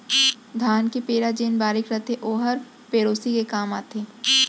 धान के पैरा जेन बारीक रथे ओहर पेरौसी के काम आथे